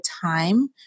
time